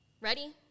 Ready